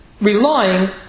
relying